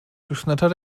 geschnatter